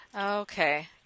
Okay